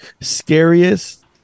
Scariest